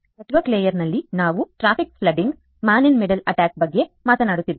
network ಲೇಯರ್ನಲ್ಲಿ ನಾವು traffic flooding man in middle attack ಬಗ್ಗೆ ಮಾತನಾಡುತ್ತಿದ್ದೇವೆ